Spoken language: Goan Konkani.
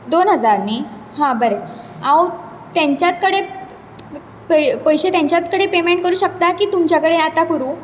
दोन हजार न्ही हां बरें हांव तेंच्याच कडेन पयशे तेंच्याच कडेन पेमंट करूक शकता की तुमचे कडेन आतां करूं